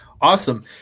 Awesome